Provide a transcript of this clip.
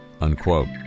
unquote